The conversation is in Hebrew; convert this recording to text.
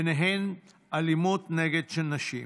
וביניהם אלימות נגד נשים,